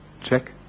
Check